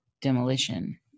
demolition